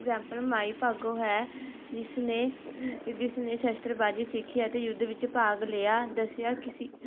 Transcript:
example Mai Bhago ਹੈ ਜਿਸ ਨੇ ਜਿਸ ਨੇ ਸ਼ਸਤਰਬਾਜ਼ੀ ਸਿੱਖੀ ਅਤੇ ਯੁੱਧ ਵਿੱਚ ਭਾਗ ਲਿਆ ਦੱਸਿਆ ਕਿ ਸਿੱਖ